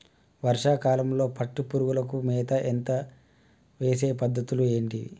వర్షా కాలంలో పట్టు పురుగులకు మేత వేసే పద్ధతులు ఏంటివి?